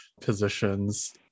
positions